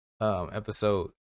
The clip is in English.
Episode